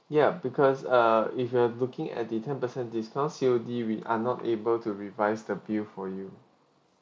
ya because uh if you're looking at the ten percent discount C_O_D we're not able to revise the bill for you